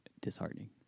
disheartening